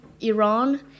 Iran